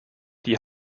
die